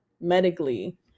medically